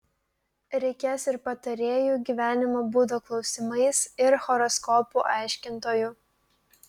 reikės ir patarėjų gyvenimo būdo klausimais ir horoskopų aiškintojų